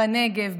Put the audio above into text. בנגב,